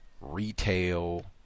retail